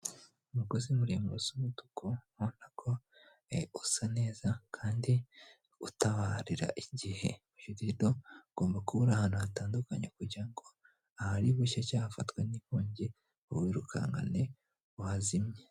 Umugozi muremure usa umutuku, ubona ko usa neza kandi utabarira igihe. Virido ugomba kubura ahantu hatandukanye kugira ngo, ahari gushya cyangwa ahafatwa nikongi, wirukankane uhazimye.